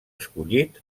escollit